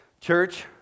Church